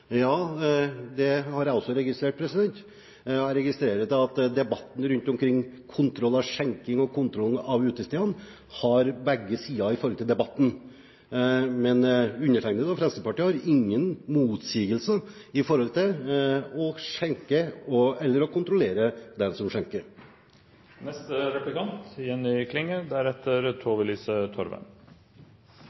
Ja, det har jeg også registrert. Jeg har registrert at debatten rundt kontroll av skjenking og kontroll av utestedene dreier seg om begge sider. Men undertegnede og Fremskrittspartiet har ingen motsigelser mot å skjenke eller å kontrollere den som